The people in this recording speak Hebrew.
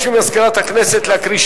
לשנת הכספים 2011, לא נתקבלה.